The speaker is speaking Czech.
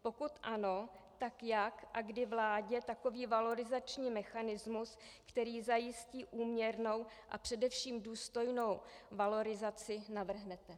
Pokud ano, tak jak a kdy vládě takový valorizační mechanismus, který zajistí úměrnou a především důstojnou valorizaci, navrhnete?